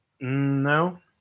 no